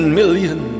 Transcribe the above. million